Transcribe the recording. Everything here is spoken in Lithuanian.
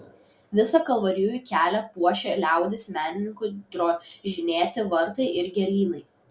visą kalvarijų kelią puošia liaudies menininkų drožinėti vartai ir gėlynai